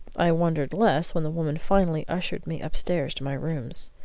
i wondered less when the woman finally ushered me upstairs to my rooms.